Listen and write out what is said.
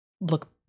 look